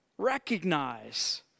Recognize